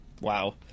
Wow